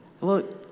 Look